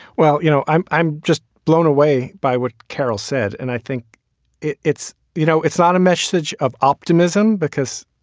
well, you know, i'm i'm just blown away by what carol said. and i think it's you know, it's not a message of optimism because,